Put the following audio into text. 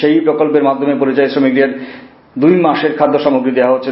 সেই প্রকল্পের মাধ্যমে পরিযায়ী শ্রমিকের দুই মাসের খাদ্য সামগ্রী দেওয়া হচ্ছে